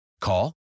Call